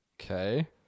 Okay